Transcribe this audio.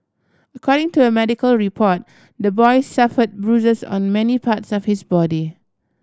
according to a medical report the boy suffered bruises on many parts of his body